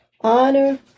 honor